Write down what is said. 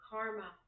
Karma